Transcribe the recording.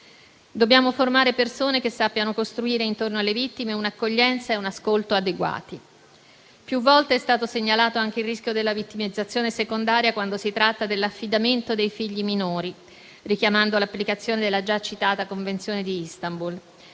Dobbiamo formare persone che sappiano costruire intorno alle vittime un'accoglienza e un ascolto adeguati. Più volte è stato segnalato anche il rischio della vittimizzazione secondaria, quando si tratta dell'affidamento dei figli minori, richiamando l'applicazione della già citata Convenzione di Istanbul.